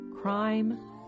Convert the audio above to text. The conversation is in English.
crime